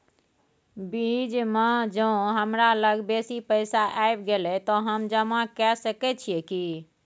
बीच म ज हमरा लग बेसी पैसा ऐब गेले त हम जमा के सके छिए की?